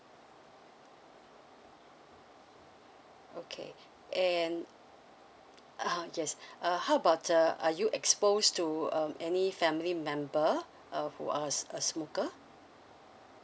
okay and uh yes uh how about the are you expose to um any family member uh who uh a smoker